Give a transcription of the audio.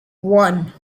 one